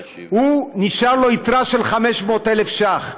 נשארה לו יתרה של 500,000 ש"ח.